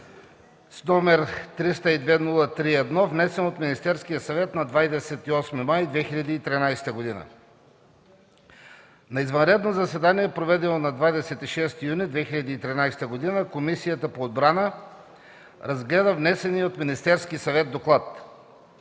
г., № 302-03-1, внесен от Министерския съвет на 28 май 2013 г.: „На извънредно заседание, проведено на 26 юни 2013 година, Комисията по отбрана разгледа внесения от Министерския съвет доклад.